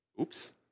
Oops